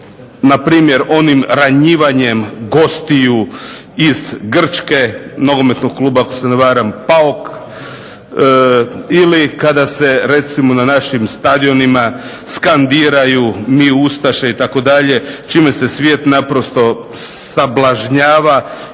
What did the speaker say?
npr. onim ranjivanjem gostiju iz Grčke Nogometnog kluba ako se ne varam Paok ili kada se recimo na našim stadionima skandiraju "Mi Ustše" itd. čime se svijet naprosto sablažnjava